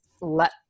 let